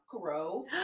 grow